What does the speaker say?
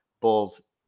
bulls